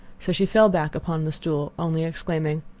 so she fell back upon the stool, only exclaiming,